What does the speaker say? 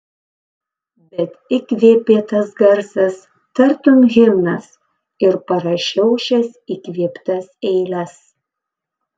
bet įkvėpė tas garsas tartum himnas ir parašiau šias įkvėptas eiles